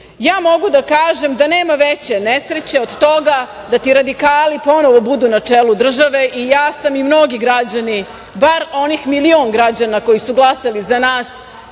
Mogu da kažem da nema veće nesreće od toga da ti radikali ponovo budu na čelu države i ja sam i mnogi građani, bar onim milion građana koji su glasali za nas,